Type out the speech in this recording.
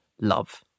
Love